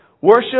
Worship